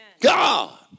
God